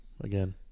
Again